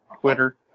Twitter